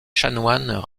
chanoines